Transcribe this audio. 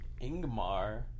Ingmar